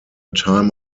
time